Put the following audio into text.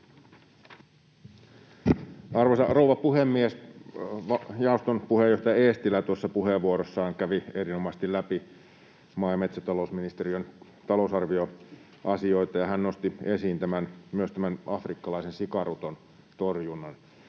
Arvoisa rouva puhemies! Jaoston puheenjohtaja Eestilä tuossa puheenvuorossaan kävi erinomaisesti läpi maa‑ ja metsätalousministeriön talousarvioasioita, ja hän nosti esiin myös tämän afrikkalaisen sikaruton torjunnan.